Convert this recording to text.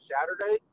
Saturday